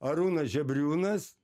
arūnas žebriūnas